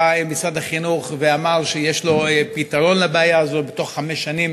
בא משרד החינוך ואמר שיש לו פתרון לבעיה הזאת: בתוך חמש שנים